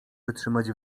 wytrzymać